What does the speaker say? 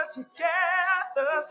together